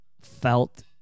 felt